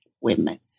women